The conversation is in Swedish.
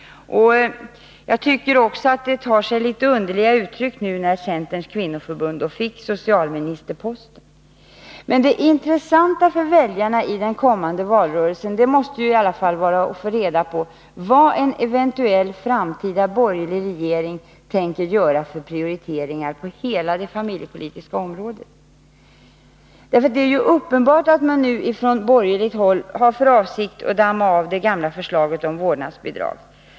Jag tycker också att det tar sig litet underliga uttryck nu när Centerns kvinnoförbund har socialministerposten. Men det intressanta för väljarna i den kommande valrörelsen måste i alla fall vara att få reda på vad en eventuell framtida borgerlig regering tänker göra för prioriteringar på hela det familjepolitiska området. Det är uppenbart att man nu från borgerligt håll har för avsikt att damma av det gamla förslaget om vårdnadsbidrag.